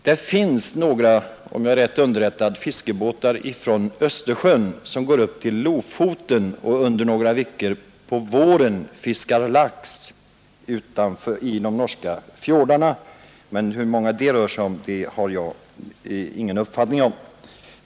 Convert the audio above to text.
Det finns, om jag är rätt underrättad, några fiskebåtar från Österjön som går upp till Lofoten och under några veckor på våren fiskar lax i de norska fjordarna, men hur många det rör sig om har jag ingen uppfattning om.